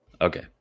okay